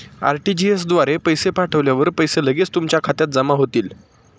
RTGS द्वारे पैसे पाठवल्यावर पैसे लगेच तुमच्या खात्यात जमा होतील